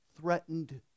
threatened